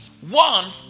One